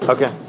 Okay